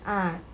uh